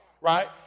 right